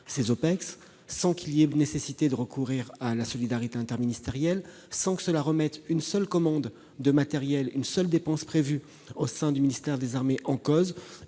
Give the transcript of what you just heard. ces opérations sans qu'il soit nécessaire de recourir à la solidarité interministérielle et sans que cela remette en cause une seule commande de matériel, une seule dépense prévue au sein du ministère des armées. Nous